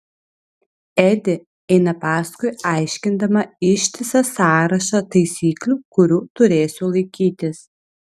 edi eina paskui aiškindama ištisą sąrašą taisyklių kurių turėsiu laikytis